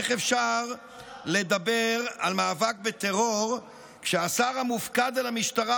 איך אפשר לדבר על מאבק בטרור כשהשר המופקד על המשטרה